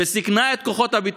וסיכנה את כוחות הביטחון.